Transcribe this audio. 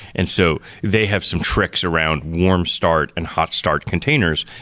and so they have some tricks around warm start and hot start containers,